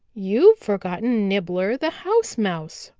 you've forgotten nibbler the house mouse,